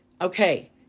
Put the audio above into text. okay